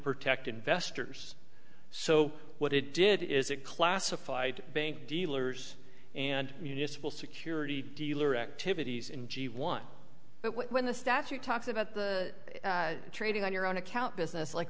protect investors so what it did is it classified bank dealers and municipal security dealer activities in g one but when the statute talks about the trading on your own account business like